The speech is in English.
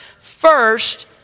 first